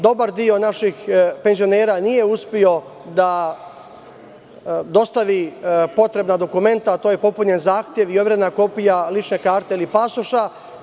Dobar deo naših penzionera nije uspeo da dostavi potrebna dokumenta, a to je popunjen zahtev i overena kopija lične karte ili pasoša.